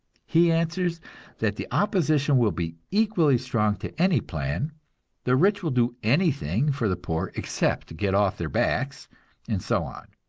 he answers that the opposition will be equally strong to any plan the rich will do anything for the poor except get off their backs and so on.